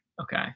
okay